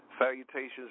Salutations